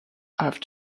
have